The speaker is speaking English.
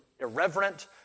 irreverent